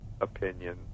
opinion